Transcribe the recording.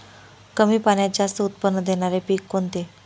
कमी पाण्यात जास्त उत्त्पन्न देणारे पीक कोणते?